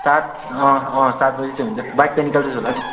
सात अँ अँ सात बजी चाहिँ हुन्छ बाइक चाहिँ निकाल्छस् होला नि